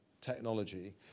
technology